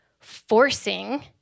forcing